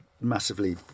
massively